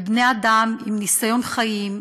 ובני-אדם עם ניסיון חיים,